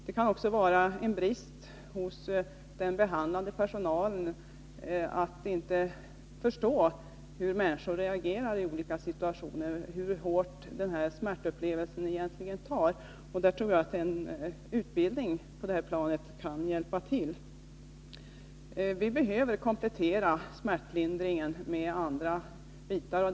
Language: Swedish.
Det kan också vara brister hos den behandlande personalen som gör att man inte förstår hur människor reagerar i olika situationer och hur hårt smärtupplevelser egentligen tar. En utbildning på detta plan tror jag kan vara till hjälp. Vi behöver komplettera smärtlindringen med andra bitar.